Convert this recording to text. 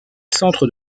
centres